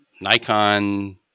Nikon